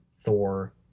Thor